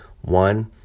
One